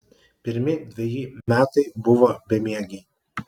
pirmi dveji metai buvo bemiegiai